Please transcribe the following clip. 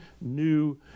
new